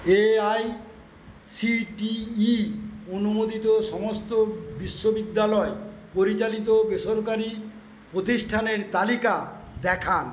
AI CTE অনুমোদিত সমস্ত বিশ্ববিদ্যালয় পরিচালিত বেসরকারি প্রতিষ্ঠানের তালিকা দেখান